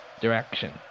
direction